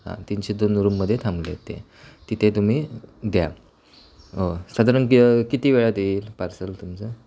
हां तीनशे दोन रुममध्ये थांबलेय आहेत ते तिथे तुम्ही द्या हो साधारण किती वेळात येईल पार्सल तुमचं